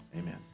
Amen